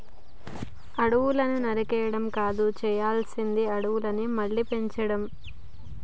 అడవులను నరకడం కాదు చేయాల్సింది అడవులను మళ్ళీ పెంచడం